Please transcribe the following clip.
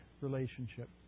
relationship